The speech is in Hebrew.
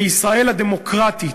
בישראל הדמוקרטית,